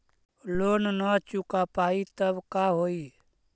Loan न चुका पाई तब का होई?